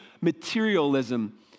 materialism